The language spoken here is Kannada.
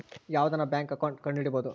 ಯಾವ್ದನ ಬ್ಯಾಂಕ್ ಅಕೌಂಟ್ ಕಂಡುಹಿಡಿಬೋದು